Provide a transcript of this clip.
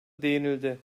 değinildi